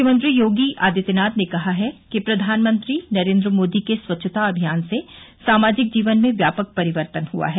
मुख्यमंत्री योगी आदित्यनाथ ने कहा है कि प्रधानमंत्री नरेन्द्र मोदी के स्वच्छता अभियान से सामाजिक जीवन में व्यापक परिवर्तन हआ है